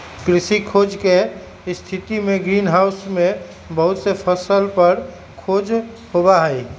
कृषि खोज के स्थितिमें ग्रीन हाउस में बहुत से फसल पर खोज होबा हई